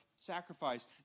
sacrifice